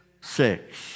six